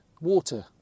water